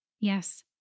Yes